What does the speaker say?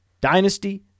Dynasty